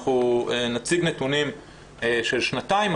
אנחנו נציג נתונים של שנתיים,